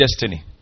destiny